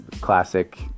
classic